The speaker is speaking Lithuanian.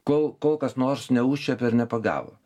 kol kol kas nors neužčiuopė ir nepagavo